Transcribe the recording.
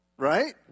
right